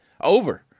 over